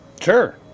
Sure